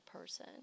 person